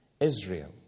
Israel